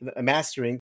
mastering